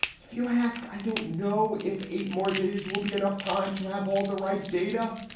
few ask. i don't know if eight more days will be enough time to have all the right data.